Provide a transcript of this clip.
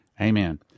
Amen